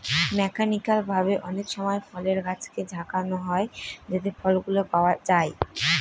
mechanical ভাবে অনেকসময় ফলের গাছকে ঝাঁকানো হয় যাতে ফলগুলো পাওয়া যায়